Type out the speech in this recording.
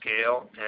scale